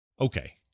Okay